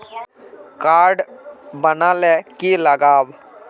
Card बना ले की लगाव?